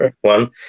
one